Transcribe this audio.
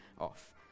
off